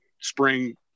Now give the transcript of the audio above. spring –